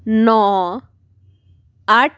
ਨੌਂ ਅੱਠ